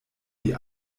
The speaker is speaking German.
die